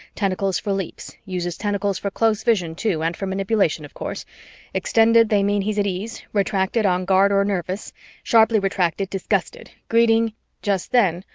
tentacles for leaps uses tentacles for close vision too and for manipulation, of course extended, they mean he's at ease retracted, on guard or nervous sharply retracted, disgusted greeting just then,